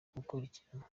gukurikiranwa